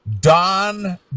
Don